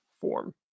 form